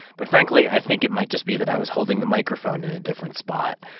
but frankly i think it might just be that i was holding the microphone in a different spot.